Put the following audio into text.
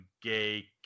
gay